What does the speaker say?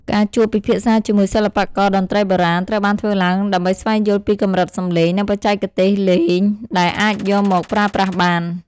ការជួបពិភាក្សាជាមួយសិល្បករតន្ត្រីបុរាណ ត្រូវបានធ្វើឡើងដើម្បីស្វែងយល់ពីកម្រិតសំឡេង និងបច្ចេកទេសលេងដែលអាចយកមកប្រើប្រាស់បាន។